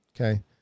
Okay